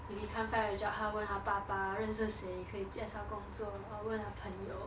if he can't find a job 他问他爸爸认识谁可以介绍工作 or 问他朋友